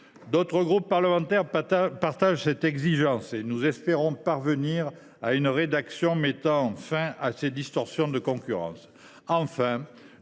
D’autres groupes parlementaires partagent cette exigence, et nous espérons parvenir à une rédaction mettant fin à ces distorsions de concurrence.